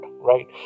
Right